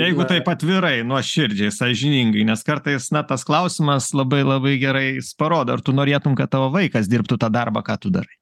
jeigu taip atvirai nuoširdžiai sąžiningai nes kartais na tas klausimas labai labai gerai jis parodo ar tu norėtum kad tavo vaikas dirbtų tą darbą ką tu darai